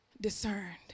discerned